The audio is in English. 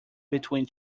between